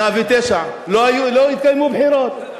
109. לא התקיימו בחירות.